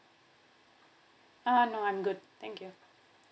uh no I'm good thank you